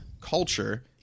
culture